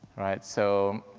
right? so,